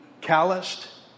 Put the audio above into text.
calloused